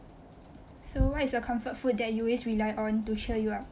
so what is your comfort food that you always rely on to cheer you up